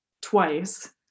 twice